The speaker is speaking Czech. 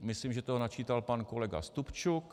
Myslím, že to načítal pan kolega Stupčuk.